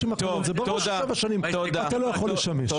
עמה קלון זה ברור שכמה שנים אתה לא יכול לשמש.